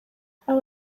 uganda